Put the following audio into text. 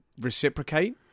reciprocate